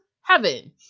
heaven